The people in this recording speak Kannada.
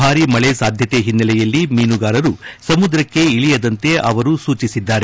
ಭಾರಿ ಮಳೆ ಸಾಧ್ಯತೆ ಹಿನ್ನೆಲೆಯಲ್ಲಿ ಮೀನುಗಾರರು ಸಮುದ್ರಕ್ಷೆ ಇಳಿಯದಂತೆ ಅವರು ಸೂಚಿಸಿದ್ದಾರೆ